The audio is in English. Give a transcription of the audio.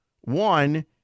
One